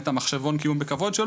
את המחשבון קיום בכבוד,